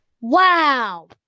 Wow